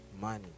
money